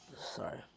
Sorry